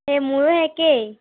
এ মোৰো একেই